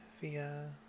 Via